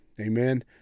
Amen